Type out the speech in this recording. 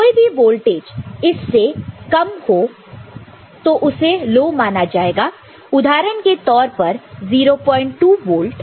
कोई भी वोल्टेज इससे कम को लो माना जाएगा उदाहरण के तौर पर 02 वोल्ट